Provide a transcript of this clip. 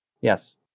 Yes